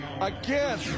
again